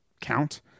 count